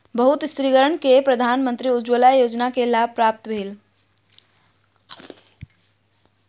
बहुत स्त्रीगण के प्रधानमंत्री उज्ज्वला योजना के लाभ प्राप्त भेल